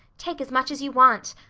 take as much as you want.